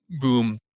boom